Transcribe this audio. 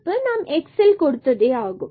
நாம் x ல் கொடுத்ததே ஆகும்